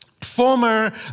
former